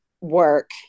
work